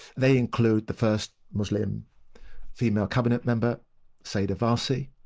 they include the first muslim female cabinet member sayeeda warsi.